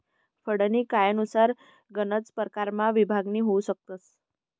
फंडनी कायनुसार गनच परकारमा विभागणी होउ शकस